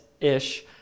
ish